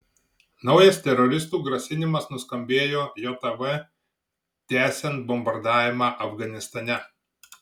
naujas teroristų grasinimas nuskambėjo jav tęsiant bombardavimą afganistane